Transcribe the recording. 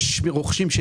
יש רוכשים,